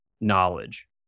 knowledge